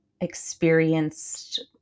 experienced